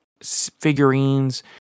figurines